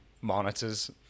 monitors